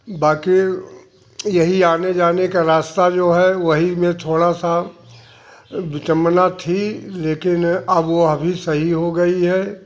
बाकी यही आने जाने का रास्ता जो है वही में थोड़ा सा विडंबना थी लेकिन अब वह भी सही हो गई है